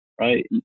right